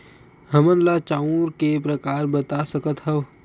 हमन ला चांउर के प्रकार बता सकत हव?